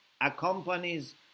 accompanies